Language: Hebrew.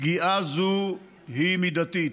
פגיעה זו היא מידתית.